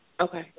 Okay